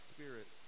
Spirit